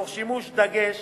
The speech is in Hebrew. תוך שימת דגש